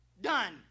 Done